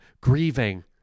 grieving